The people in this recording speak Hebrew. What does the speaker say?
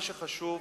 מה שחשוב,